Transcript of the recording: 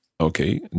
Okay